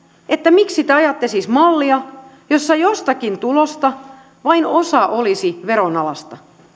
miksi te ajatte siis mallia jossa jostakin tulosta vain osa olisi veronalaista